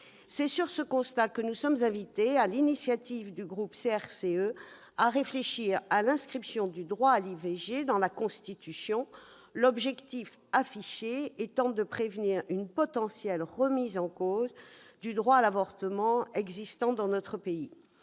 base de ce constat que nous sommes invités, sur l'initiative du groupe CRCE, à réfléchir à l'inscription du droit à l'IVG dans la Constitution, l'objectif affiché étant de prévenir une potentielle remise en cause du droit à l'avortement. Les professionnels